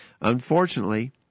unfortunately